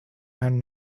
and